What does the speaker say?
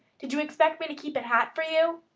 did you expect me to keep it hot for you?